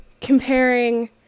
comparing